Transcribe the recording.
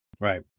Right